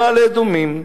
במעלה-אדומים,